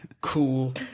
Cool